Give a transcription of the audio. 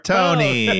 Tony